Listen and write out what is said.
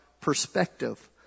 perspective